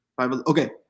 Okay